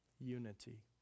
unity